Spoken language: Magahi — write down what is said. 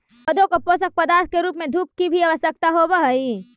पौधों को पोषक पदार्थ के रूप में धूप की भी आवश्यकता होवअ हई